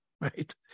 right